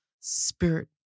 spirit